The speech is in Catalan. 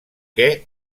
què